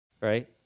Right